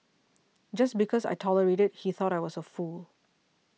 just because I tolerated he thought I was a fool